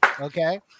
okay